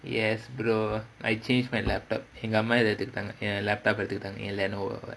yes bro I change my laptop எங்க அம்மா எடுத்துட்டாங்க:enga amma eduthutaanga laptop எடுத்துட்டாங்க:eduthutaanga Lenovo